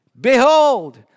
Behold